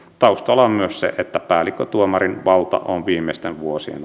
taustalla on myös se että päällikkötuomarin valta on viimeisten vuosien